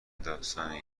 داستانیه